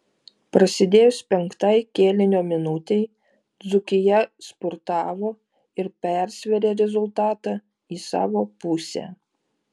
prasidėjus penktai kėlinio minutei dzūkija spurtavo ir persvėrė rezultatą į savo pusę